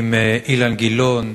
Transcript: אילן גילאון,